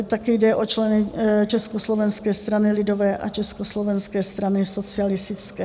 také jde o členy Československé strany lidové a Československé strany socialistické.